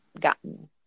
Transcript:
gotten